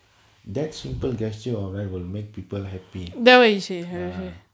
that's simple gesture alright will make people happy ah